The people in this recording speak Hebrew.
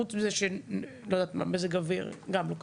חוץ מזה שמזג האוויר, גם לא קשור.